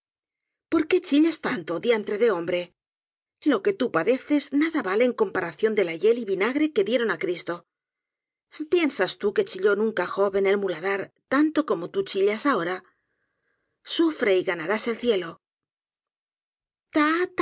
por qué chillas tanto diantre de hombre lo que tú padeces nada vale en comparación de la hiel y vingare que dieron á cristo piensas tú que chilló nunca job en el muladar tanto como tú chi llas ahora sufre y ganarás el cielo